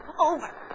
Over